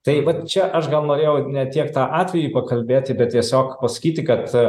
tai vat čia aš gal norėjau ne tiek tą atvejį pakalbėti bet tiesiog pasakyti kad